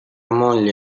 moglie